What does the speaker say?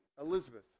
Elizabeth